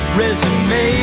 resume